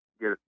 get